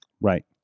Right